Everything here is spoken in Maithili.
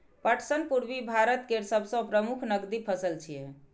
पटसन पूर्वी भारत केर सबसं प्रमुख नकदी फसल छियै